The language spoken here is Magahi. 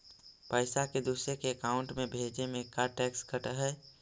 पैसा के दूसरे के अकाउंट में भेजें में का टैक्स कट है?